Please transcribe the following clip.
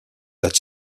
that